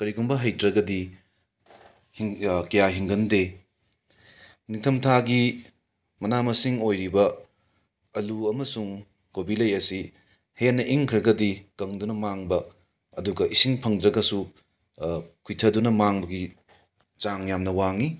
ꯀꯔꯤꯒꯨꯝꯕ ꯍꯩꯇ꯭ꯔꯒꯗꯤ ꯀꯌꯥ ꯍꯤꯡꯒꯟꯗꯦ ꯅꯤꯡꯊꯝꯊꯥꯒꯤ ꯃꯅꯥ ꯃꯁꯤꯡ ꯑꯣꯏꯔꯤꯕ ꯑꯜꯂꯨ ꯑꯃꯁꯨꯡ ꯀꯣꯕꯤ ꯂꯩ ꯑꯁꯤ ꯍꯦꯟꯅ ꯏꯪꯈ꯭ꯔꯒꯗꯤ ꯀꯪꯗꯨꯅ ꯃꯥꯡꯕ ꯑꯗꯨꯒ ꯏꯁꯤꯡ ꯐꯪꯗ꯭ꯔꯒꯁꯨ ꯈꯨꯏꯊꯗꯨꯅ ꯃꯥꯡꯕꯒꯤ ꯆꯥꯡ ꯌꯥꯝꯅ ꯋꯥꯡꯏ